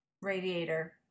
radiator